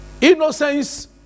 Innocence